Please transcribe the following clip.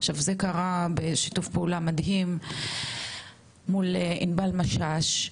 זה קרה בשיתוף פעולה מדהים מול ענבל משאש,